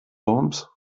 worms